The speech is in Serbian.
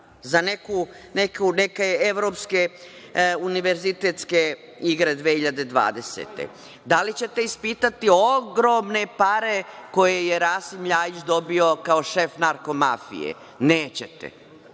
za neke evropske univerzitetske igre 2020. godine. Da li ćete ispitati ogromne pare koje je Rasim Ljajić dobio kao šef narko mafije? Nećete. Ovo